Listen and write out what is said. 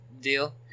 deal